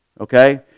okay